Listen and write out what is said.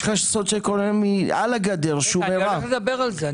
יש מקומות עם סוציו-אקונומי על הגדר --- תכף נדבר על זה.